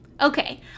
Okay